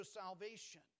salvation